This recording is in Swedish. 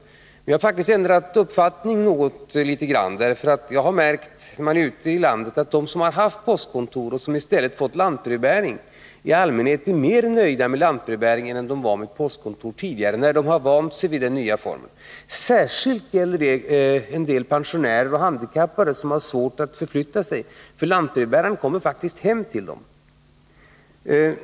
Men jag har faktiskt ändrat uppfattning något, sedan jag ute i landet märkt att människor på platser, som tidigare har haft postkontor men i stället fått lantbrevbäring, när de har vant sig vid den nya formen i allmänhet är mer nöjda med lantbrevbäringen än de var med postkontoret tidigare. Särskilt gäller detta en del pensionärer och handikappade som har svårt att förflytta sig, för lantbrevbäraren kommer faktiskt hem till dem.